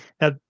Now